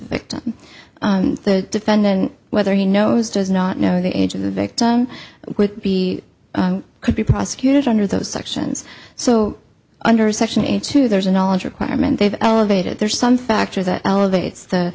victim the defendant whether he knows does not know the age of the victim would be could be prosecuted under those sections so under section eight two there's a knowledge requirement they've elevated there's something factor that elevates the